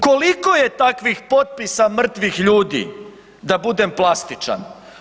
Koliko je takvih potpisa mrtvih ljudi, da budem plastičan?